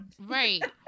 Right